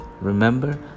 remember